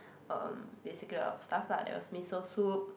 um basically a lot of stuff lah there was miso soup